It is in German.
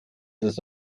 das